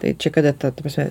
tai čia kada ta prasme